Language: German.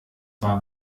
war